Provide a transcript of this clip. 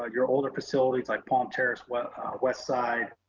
ah your older facilities like palm terrace, west west side,